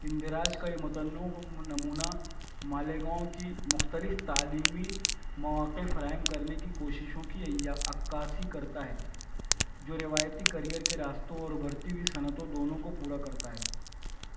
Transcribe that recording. اندراج کا یہ متنوع نمونہ مالیگاؤں کی مختلف تعلیمی مواقع فراہم کرنے کی کوششوں کی عیا عکاسی کرتا ہے جو روایتی کریئر کے راستوں اور ابھرتی ہوئی صنعتوں دونوں کو پورا کرتا ہے